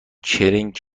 چرینگ